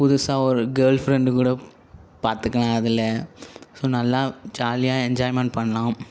புதுசாக ஒரு girlfriend கூட பார்த்துக்கலாம் அதில் ஸோ நல்லா ஜாலியாக என்ஜாய்மென்ட் பண்ணலாம்